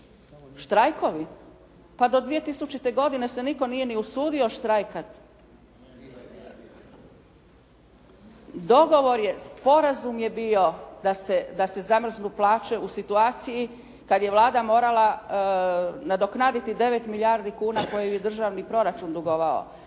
Štrajkovi? Pa do 2000. godine se nitko nije ni usudio štrajkati. Dogovor je sporazum je bio da se zamrznu plaće u situaciji kada je Vlada morala nadoknaditi 9 milijardi kuna koje je državni proračun dugovao.